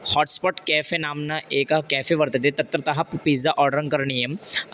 hotspot cafe नाम्ना एक cafe वर्तते तत्र तः प् पिज़्ज़ा आर्डरं करणीयम्